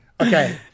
Okay